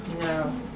No